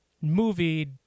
movie